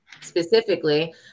specifically